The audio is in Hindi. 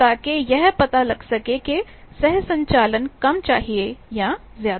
ताकि यह पता लग सके कि सह संचालन कम चाहिए या ज्यादा